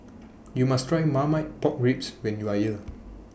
YOU must Try Marmite Pork Ribs when YOU Are here